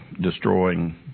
destroying